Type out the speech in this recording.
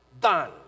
done